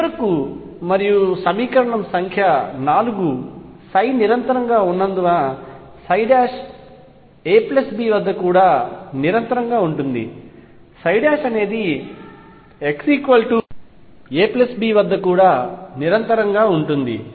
మరియు చివరగా 4 వ సమీకరణం కంటిన్యూస్ గా ఉన్నందున ψ ab వద్ద కూడా కంటిన్యూస్ గా ఉంటుంది ψ అనేది x ab వద్ద కూడా కంటిన్యూస్ గా ఉంటుంది